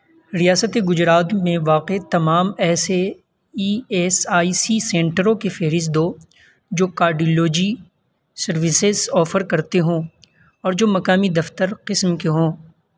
ریاست گجرات میں واقع تمام ایسے ای ایس آئی سی سنٹروں کی فہرست دو جو کارڈیالوجی سروسز آفر کرتے ہوں اور جو مقامی دفتر قسم کے ہوں